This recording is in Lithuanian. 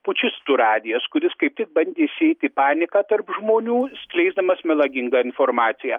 pučistų radijas kuris kaip tik bandė sėti paniką tarp žmonių skleisdamas melagingą informaciją